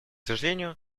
сожалению